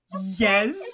Yes